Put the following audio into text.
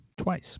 twice